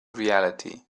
reality